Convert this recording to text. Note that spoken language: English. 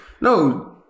no